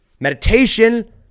meditation